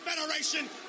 Federation